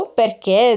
perché